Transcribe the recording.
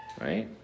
right